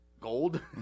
gold